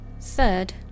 Third